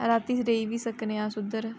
रातीं अस रेही बी सकने अस उद्धर